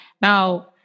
Now